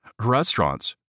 Restaurants